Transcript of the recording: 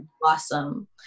Blossom